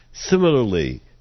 Similarly